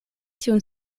tiun